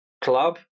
club